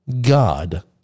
god